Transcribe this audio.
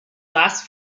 last